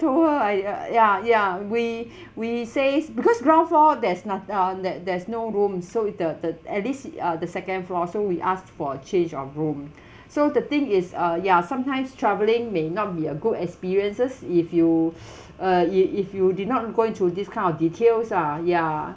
told her like uh ya ya we we says because ground floor there's noth~ uh there there's no room so it the the at least uh the second floor so we asked for a change of room so the thing is uh ya sometimes travelling may not be a good experiences if you uh if if you did not go into this kind of details ah ya